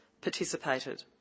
participated